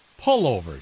pullovers